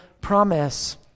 promise